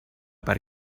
per